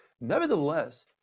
nevertheless